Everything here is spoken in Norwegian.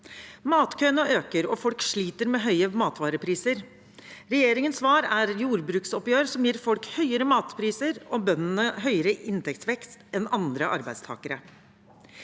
Matkøene øker, og folk sliter med høye matvarepriser. Regjeringens svar er jordbruksoppgjør som gir folk høyere matvarepriser og bøndene høyere inntektsvekst enn andre arbeidstakere.